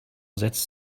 setzt